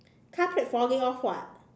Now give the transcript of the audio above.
car plate falling off [what]